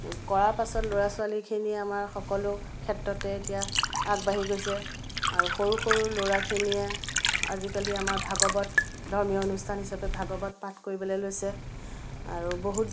কৰা পাছত ল'ৰা ছোৱালীখিনি আমাৰ সকলো ক্ষেত্ৰতে এতিয়া আগবাঢ়ি গৈছে আৰু সৰু সৰু ল'ৰাখিনিয়ে আজিকালি আমাৰ ভাগৱত ধৰ্মীয় অনুষ্ঠান হিচাপে ভাগৱত পাঠ কৰিবলৈ লৈছে আৰু বহুত